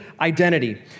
identity